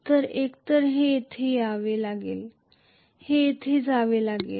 तर एकतर हे येथे यावे लागेल किंवा हे येथे जावे लागेल